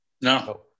No